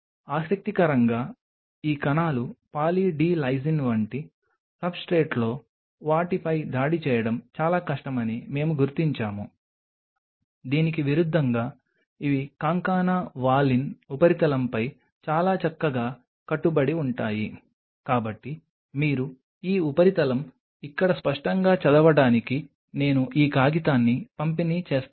ఆసక్తికరంగా ఈ కణాలు పాలీ డి లైసిన్ వంటి సబ్స్ట్రేట్లో వాటిపై దాడి చేయడం చాలా కష్టమని మేము గుర్తించాము దీనికి విరుద్ధంగా ఇవి కాంకానా వాలిన్ ఉపరితలంపై చాలా చక్కగా కట్టుబడి ఉంటాయి కాబట్టి మీరు ఈ ఉపరితలం ఇక్కడ స్పష్టంగా చదవడానికి నేను ఈ కాగితాన్ని పంపిణీ చేస్తాను